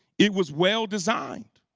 it was well designed.